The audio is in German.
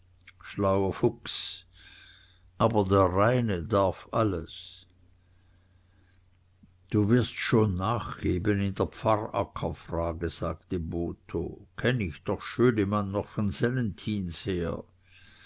aber der reine darf alles du wirst schon nachgeben in der pfarrackerfrage sagte botho kenn ich doch schönemann noch von sellenthins her